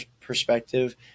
perspective